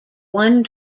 one